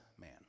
man